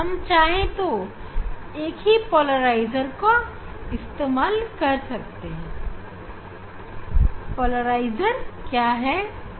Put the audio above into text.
हम चाहे तो एक ही पोलराइजर का इस्तेमाल कर सकते है जिसे विश्लेषण करते समय एनालाइजर कहेंगे